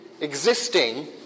existing